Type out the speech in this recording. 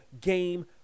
game